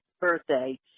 birthday